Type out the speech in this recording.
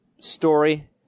Story—